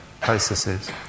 processes